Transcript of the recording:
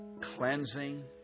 cleansing